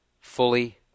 fully